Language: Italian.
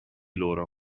loro